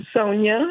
Sonia